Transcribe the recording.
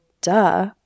duh